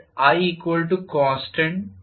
iconstant